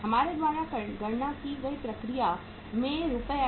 हमारे द्वारा गणना की गई प्रक्रिया में रु 18750